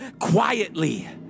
quietly